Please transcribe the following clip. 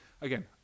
Again